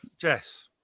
Jess